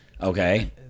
Okay